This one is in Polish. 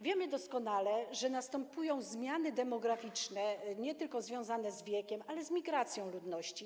Wiemy doskonale, że następują zmiany demograficzne, nie tylko związane z wiekiem, ale i z migracją ludności.